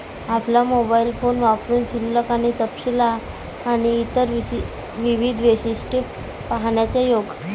आपला mobile phone वापरुन शिल्लक आणि तपशील आणि इतर विविध वैशिष्ट्ये पाहण्याचा योग